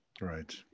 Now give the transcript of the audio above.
Right